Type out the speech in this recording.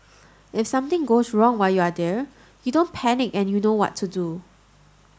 if something goes wrong while you're there you don't panic and you know what to do